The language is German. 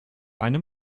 einem